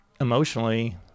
emotionally